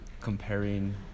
comparing